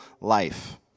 life